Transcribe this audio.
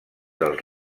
dels